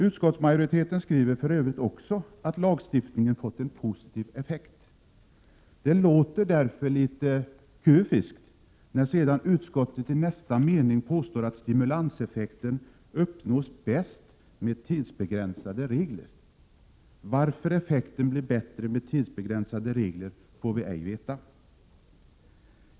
Utskottsmajoriteten skriver för övrigt också att lagstiftningen fått en positiv effekt. Det låter därför litet kufiskt när sedan utskottet i nästa mening påstår att stimulanseffekten bäst uppnås med tidsbegränsade regler. Varför effekten blir bättre med tidsbegränsade regler får vi ej veta.